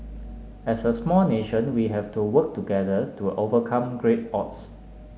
as a small nation we have to work together to overcome great odds